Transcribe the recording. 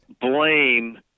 blame